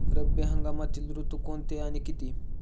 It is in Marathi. रब्बी हंगामातील ऋतू कोणते आणि किती?